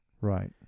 Right